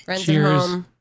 cheers